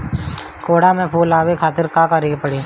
कोहड़ा में फुल आवे खातिर का करी?